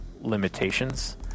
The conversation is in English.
limitations